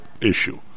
issue